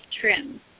trim